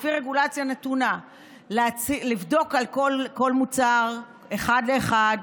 לפי רגולציה נתונה לבדוק כל מוצר אחד לאחד,